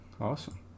Awesome